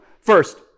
first